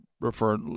refer